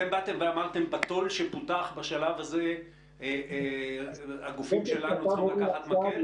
אתם באתם ואמרתם: בתו"ל שפותח בשלב הזה הגופים שלנו צריכים לקחת מקל?